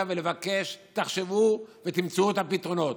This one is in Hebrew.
ולבקש: תחשבו ותמצאו את הפתרונות.